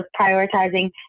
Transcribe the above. prioritizing